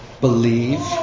Believe